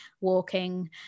walking